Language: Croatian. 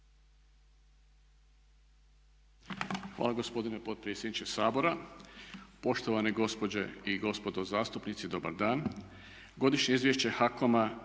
Hvala gospodine potpredsjedniče Sabora, poštovane gospođe i gospodo zastupnici dobar dan. Godišnje izvješće HAKOM-a